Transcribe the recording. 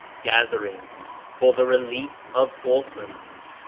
gatherings for the relief of orphans,